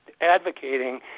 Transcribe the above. advocating